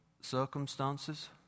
circumstances